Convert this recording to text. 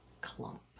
clump